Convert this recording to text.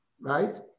Right